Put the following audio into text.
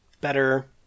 better